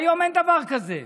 היום אין דבר כזה.